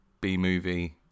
B-movie